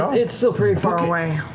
it's still pretty far away.